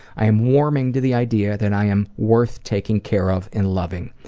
i am warming to the idea that i am worth taking care of and loving.